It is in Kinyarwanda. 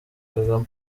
kagame